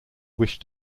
wish